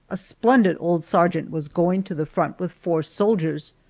a splendid old sergeant was going to the front with four soldiers,